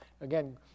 Again